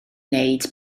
wneud